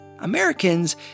Americans